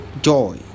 joy